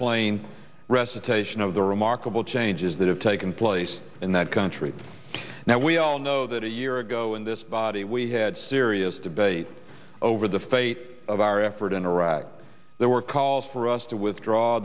plain recitation of the remarkable changes that have taken place in that country now we all know that a year ago in this body we had serious debate over the fate of our effort in iraq there were calls for us to withdraw